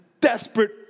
desperate